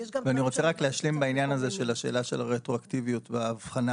אני רוצה רק להשלים בעניין הזה של השאלה של הרטרואקטיביות וההבחנה